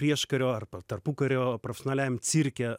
prieškario arba tarpukario profesionaliajam cirke